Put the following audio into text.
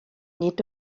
nid